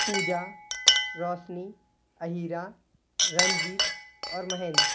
पूजा रौशनी अहिरा रंजीत और महेंद्र